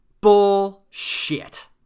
Bullshit